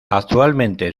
actualmente